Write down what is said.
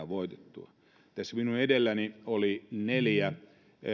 voitettua tässä minun edelläni oli neljä